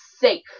safe